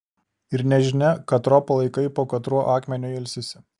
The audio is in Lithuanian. ir nežinia katro palaikai po katruo akmeniu ilsisi